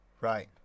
right